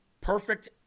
Perfect